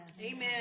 Amen